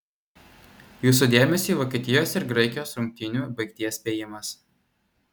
jūsų dėmesiui vokietijos ir graikijos rungtynių baigties spėjimas